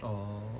oh